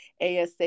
ASA